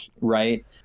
Right